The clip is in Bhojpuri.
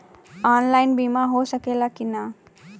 ऑनलाइन बीमा हो सकेला की ना?